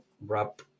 wrap